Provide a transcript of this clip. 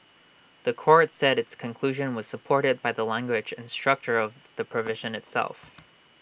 The Court said its conclusion was supported by the language and structure of the provision itself